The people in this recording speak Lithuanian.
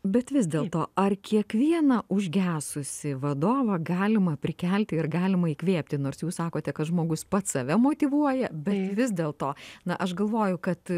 bet vis dėlto ar kiekvieną užgesusį vadovą galima prikelti ir galima įkvėpti nors jūs sakote kad žmogus pats save motyvuoja vis dėl to na aš galvoju kad